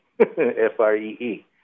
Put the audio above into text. F-R-E-E